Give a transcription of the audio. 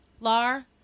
Lar